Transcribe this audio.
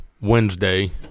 Wednesday